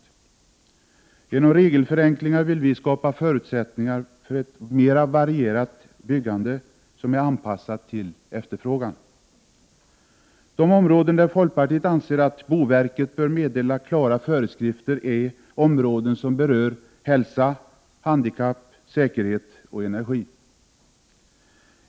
Genom regelförenklingar vill vi i folkpartiet skapa förutsättningar för ett mer varierat byggande som är anpassat till efterfrågan. Folkpartiet anser att boverket bör meddela klara föreskrifter på områden som berör hälsa, handikapp, säkerhet och energi.